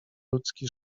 ludzki